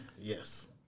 Yes